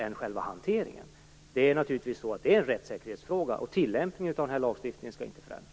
Det är en rättssäkerhetsfråga. Tillämpningen av lagstiftningen skall inte förändras.